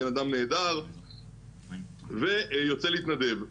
בנאדם נהדר ויוצא להתנדב,